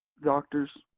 doctors